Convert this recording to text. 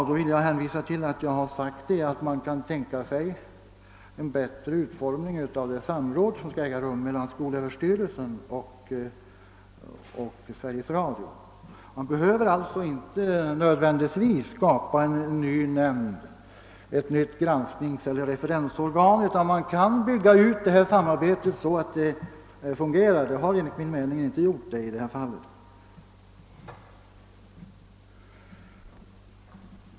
Då vill jag hänvisa till att jag har sagt att man kan tänka sig en bättre utformning av det samråd som skall äga rum mellan skolöverstyrelsen och Sveriges Radio. Man behöver alltså inte nödvändigtvis skapa ett nytt granskningseller referensorgan i form av en ny nämnd, utan man kan bygga ut samarbetet SR och SÖ så att det fungerar — vilket det enligt min mening inte har gjort i detta fall.